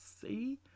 see